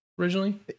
originally